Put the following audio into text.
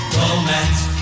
romance